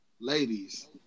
ladies